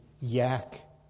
yak